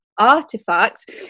artifact